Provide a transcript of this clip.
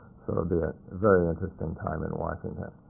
so it'll be a very interesting time in washington.